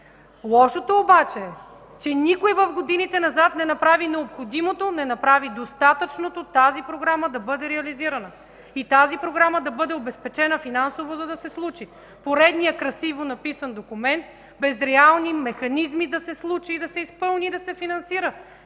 Лошото обаче е, че никой в годините назад не направи необходимото, не направи достатъчното тази Програма да бъде реализирана и тази Програма да бъде обезпечена финансово, за да се случи. Поредният красиво написан документ, без реални механизми да се случи, да се изпълни и да се финансира.